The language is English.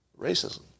racism